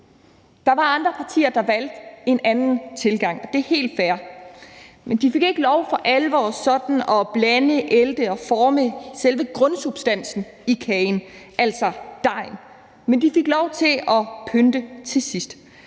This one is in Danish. Der var andre partier, der valgte en anden tilgang, og det er helt fair. De fik ikke lov for alvor til sådan at blande, ælte og forme selve grundsubstansen i kagen, altså dejen, men de fik lov til at pynte til sidst.